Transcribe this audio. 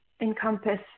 encompass